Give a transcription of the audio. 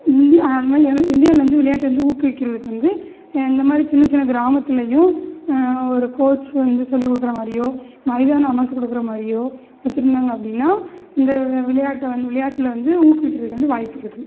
India அது மாதிரி இந்தியாவில் வந்து விளையாட்டு வந்து ஊக்குவிக்கிறதுக்கு வந்து இந்த மாதிரி சின்ன சின்ன கிராமத்துலேயும் ஒரு கோச் வந்து சொல்லி கொடுக்குற மாதிரியோ மைதானம் அமைச்சு கொடுக்குற மாதிரியோ வச்சுருந்தாங்க அப்படினா இந்த விளையாட்டை வந்து விளையாட்டில் வந்து ஊக்குவிக்கிறதுக்கு வந்து வாய்ப்பு இருக்குது